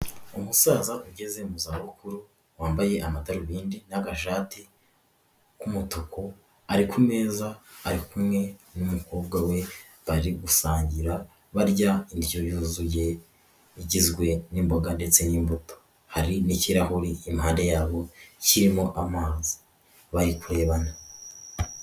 Umusaza ugeze mu zabukuru, wambaye amadarubindi, n'agashati k'umutuku, ari ku meza, ari kumwe n'umukobwa we, bari gusangira barya indyo yuzuye igizwe n'imboga ndetse n'imbuto, hari n'ikirahuri impande y'abo, kirimo amazi, bari kurebana.